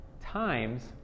times